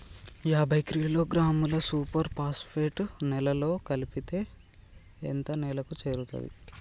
యాభై కిలోగ్రాముల super phosphate నేలలో కలిపితే ఎంత నేలకు చేరుతది?